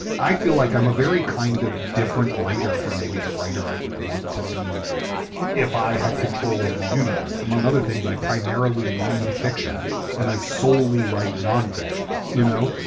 i feel like i'm a very kind of different writer for maybe the writer i would want to be if i had control of the universe. among other things, i primarily read fiction and i solely write nonfiction, you know,